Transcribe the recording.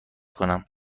کنم